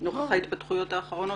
נוכח ההתפתחויות האחרונות,